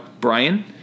Brian